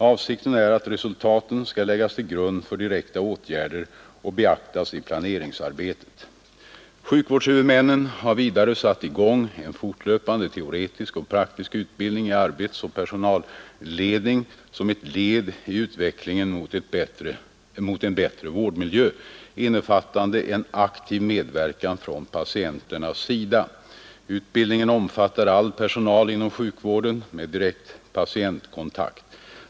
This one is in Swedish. Avsikten är att resultaten skall läggas till grund för direkta åtgärder och beaktas i planeringsarbetet. Sjukvårdshuvudmännen har vidare satt i gång en fortlöpande teoretisk och praktisk utbildning i arbetsoch personalledning som ett led i utvecklingen mot en bättre vårdmiljö, innefattande en aktiv medverkan från patienternas sida. Utbildningen omfattar all personal inom sjukvården med direkt patientkontakt.